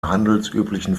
handelsüblichen